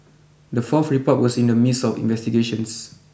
the fourth report was in the midst of investigations